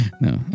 No